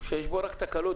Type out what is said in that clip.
שיש בו רק תקלות,